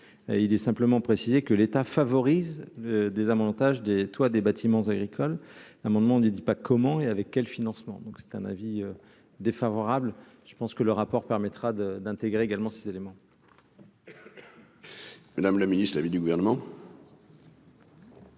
il est simplement précisé que l'État favorise des avantages des toits des bâtiments agricoles, l'amendement ne dit pas comment et avec quels financements, donc c'est un avis défavorable je pense que le rapport permettra de d'intégrer également ces éléments. Madame le Ministre de l'avis du gouvernement.